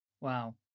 Wow